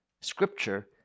Scripture